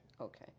okay